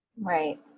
Right